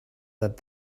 that